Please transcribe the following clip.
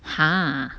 !huh!